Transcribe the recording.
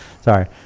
sorry